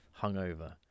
hungover